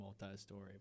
multi-story